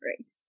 Right